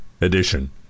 edition